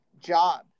job